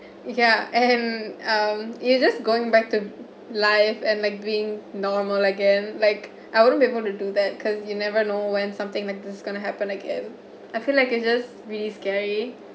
yeah and um you just going back to life and like being normal again like I wouldn't be able to do that cause you never know when something like this going to happen again I feel like it's just really scary